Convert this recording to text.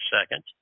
second